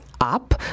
up